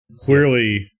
Clearly